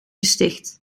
gesticht